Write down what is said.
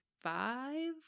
five